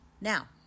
now